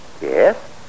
Yes